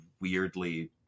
weirdly